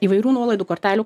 įvairių nuolaidų kortelių